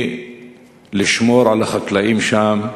לשמור על החקלאים שם,